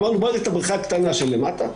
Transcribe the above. אמרנו, בוא ניתן את הבריכה הקטנה של למטה.